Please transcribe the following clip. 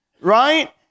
right